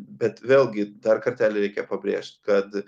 bet vėlgi dar kartelį reikia pabrėžt kad